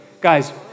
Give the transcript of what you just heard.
Guys